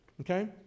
Okay